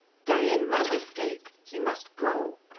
dain must escape he must go.